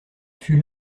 fut